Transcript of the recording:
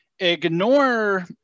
Ignore